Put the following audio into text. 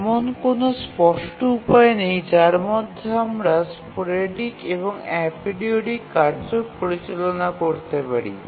এমন কোনও স্পষ্ট উপায় নেই যার মাধ্যমে আমরা স্পোরেডিক এবং এপিরিওডিক কার্য পরিচালনা করতে পারি